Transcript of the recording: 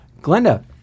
Glenda